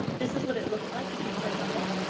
this is what it looks like, if you click on it.